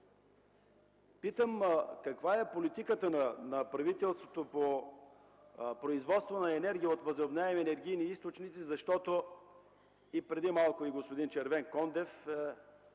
Питам: каква е политиката на правителството за производство на енергия от възобновяеми енергийни източници. Преди малко и господин Червенкондев